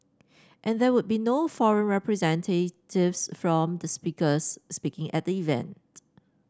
and there would be no foreign representatives from the speakers speaking at the event